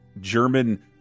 German